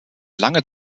lange